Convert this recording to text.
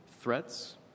threats